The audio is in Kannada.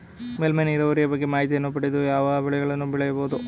ಮೇಲ್ಮೈ ನೀರಾವರಿಯ ಬಗ್ಗೆ ಮಾಹಿತಿಯನ್ನು ಪಡೆದು ಯಾವ ಬೆಳೆಗಳನ್ನು ಬೆಳೆಯಬಹುದು?